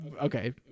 okay